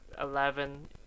Eleven